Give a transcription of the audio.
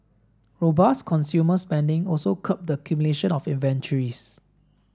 robust consumer spending also curbed the accumulation of inventories